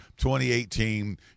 2018